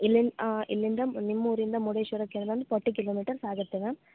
ಇಲ್ಲಿನ ಇಲ್ಲಿಂದ ನಿಮ್ಮೂರಿಂದ ಮರುಡೇಶ್ವರಕ್ ಫೋರ್ಟಿ ಕಿಲೋಮೀಟರ್ಸ್ ಆಗುತ್ತೆ ಮ್ಯಾಮ್